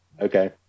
Okay